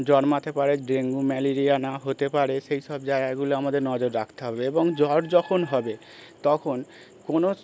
জন্মাতে পারে dengue malaria না হতে পারে সেই সব জায়গাগুলো আমাদের নজর রাখতে হবে এবং জ্বর যখন হবে তখন কোনো